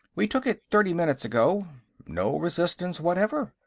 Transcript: we took it thirty minutes ago no resistance whatever.